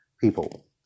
people